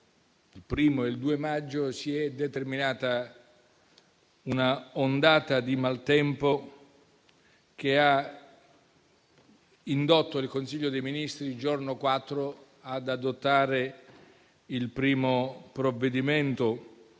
dal 2 maggio, quando si è determinata un'ondata di maltempo che ha indotto il Consiglio dei Ministri, il giorno 4, ad adottare il primo provvedimento,